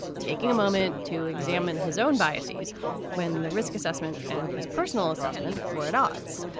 taking a moment to examine his own biases when the risk assessment and his personal assessment were at odds.